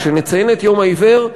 כשנציין את יום העיוור,